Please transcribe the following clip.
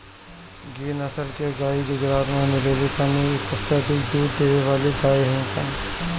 गिर नसल के गाई गुजरात में मिलेली सन इ सबसे अधिक दूध देवे वाला गाई हई सन